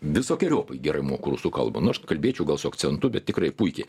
visokeriopai gerai moku rusų kalbą nu aš kalbėčiau gal su akcentu bet tikrai puikiai